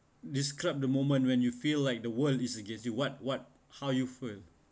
describe the moment when you feel like the world is against you what what how you feel